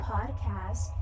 Podcast